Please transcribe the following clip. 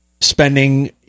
spending